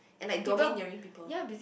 and like domineering people